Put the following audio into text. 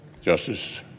Justice